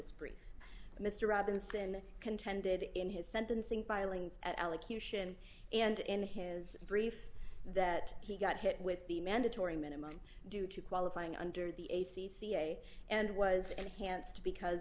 brief mr robinson contended in his sentencing pilings elocution and in his brief that he got hit with the mandatory minimum due to qualifying under the a c ca and was enhanced because